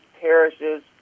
parishes